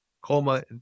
coma